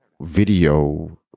video